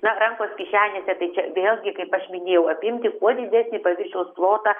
na rankos kišenėse tai čia vėlgi kaip aš minėjau apimti kuo didesnį paviršiaus plotą